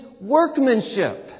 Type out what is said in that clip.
workmanship